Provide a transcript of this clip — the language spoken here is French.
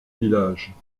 village